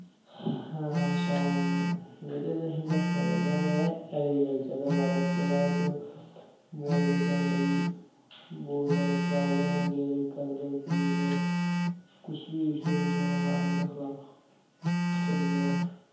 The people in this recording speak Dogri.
हां शायद नीरज तुसें दस्सना चाह्ंदा में एग्रीकल्चर दे बारै च जेह्ड़ा तो बोलदे के हां भाई बोह्त ज्यादा प्राबलम हो गेई ऐ कलचर की कुछ बी इशु होई सकदा फार्म दे खिलाफ हुन जियां